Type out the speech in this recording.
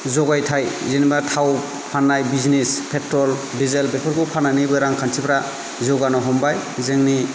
जगायथाय जेन'बा थाव फाननाय बिजनेस पेट्रल डिजेल बेफोरखौ फाननानैबो रांखान्थिफ्रा जौगानो हमबाय जोंनि